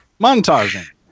montaging